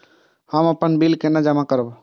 हम अपन बिल केना जमा करब?